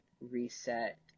reset